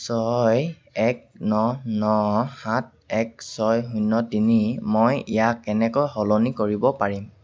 ছয় এক ন ন সাত এক ছয় শূন্য তিনি মই ইয়াক কেনেকৈ সলনি কৰিব পাৰিম